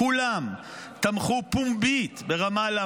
כולם תמכו פומבית ברמאללה.